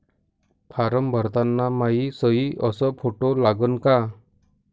Form भरताना मायी सयी अस फोटो लागन का?